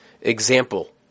example